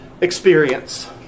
experience